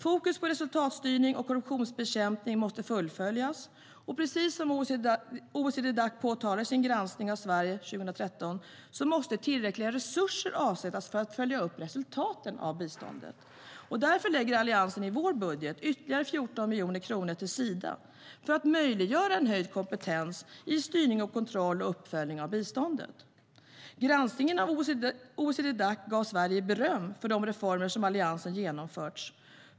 Fokus på resultatstyrning och korruptionsbekämpning måste fullföljas, och precis som OECD-Dac påtalar i sin granskning av Sverige 2013 måste tillräckliga resurser avsättas för att följa upp resultaten av biståndet. Därför ger vi i Alliansen i vår budget ytterligare 14 miljoner kronor till Sida för att möjliggöra höjd kompetens i styrning, kontroll och uppföljning av biståndet. OECD-Dacs granskning gav Sverige beröm för de reformer som Alliansen genomfört.